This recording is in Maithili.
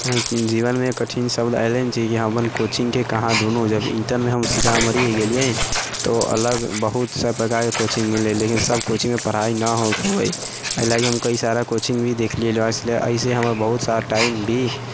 हँ जीवनमे कठिन शब्द अयलै नहि छै जे हम अपन कोचिङ्गके कहाँ ढूँढू जब इण्टरमे हम सीतामढ़ी गेलियै तऽ ओ अलग बहुत सम्प्रदायके कोचिङ्ग मिललै लेकिन सब कोचिङ्गमे पढ़ाइ नहि होइत रहै एहि लागि हम कइ सारा कोचिङ्ग भी देख लेली एहिसे हमर बहुत सारा टाइम भी